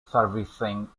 servicing